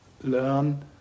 learn